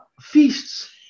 feasts